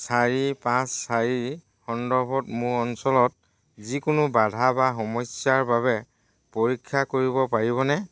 চাৰি পাঁচ চাৰিৰ সন্দৰ্ভত মোৰ অঞ্চলত যিকোনো বাধা বা সমস্যাৰ বাবে পৰীক্ষা কৰিব পাৰিবনে